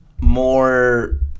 more